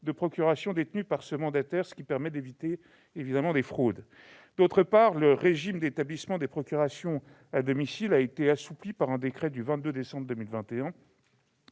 de procurations détenues par ce mandataire, afin d'éviter des fraudes. D'autre part, le régime d'établissement des procurations à domicile a été assoupli par un décret du 22 décembre 2021.